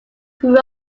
grew